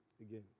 again